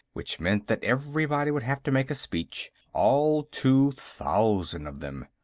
which meant that everybody would have to make a speech, all two thousand of them.